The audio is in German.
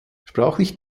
sprachlich